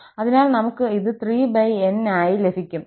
അതിനാൽ നമുക്ക് ഇത് 3n ആയി ലഭിക്കും